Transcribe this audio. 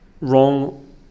wrong